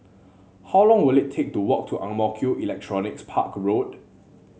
how long will it take to walk to Ang Mo Kio Electronics Park Road